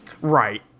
Right